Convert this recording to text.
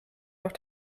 noch